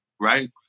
right